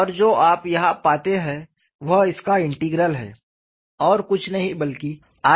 और जो आप यहां पाते हैं वह इसका इंटीग्रल है और कुछ नहीं बल्कि i है